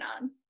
on